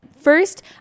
First